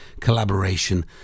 collaboration